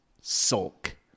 sulk